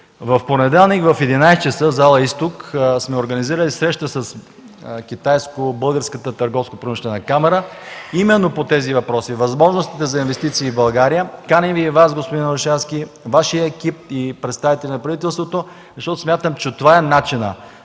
в понеделник от 11,00 ч. в зала „Изток” сме организирали среща с Китайско-българската търговско-промишлена камара именно по тези въпроси – възможностите за инвестиции в България. Каним и Вас, господин Орешарски, Вашия екип и представители на правителството, защото смятам, че това е начинът: